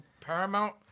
Paramount